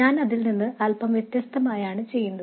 ഞാൻ അതിൽ നിന്ന് അൽപം വ്യത്യസ്തമാണ് ചെയ്യുന്നത്